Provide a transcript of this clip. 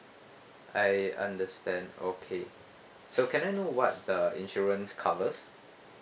I understand okay so can I know what the insurance covers